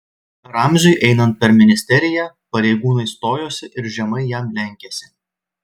ramziui einant per ministeriją pareigūnai stojosi ir žemai jam lenkėsi